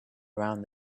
around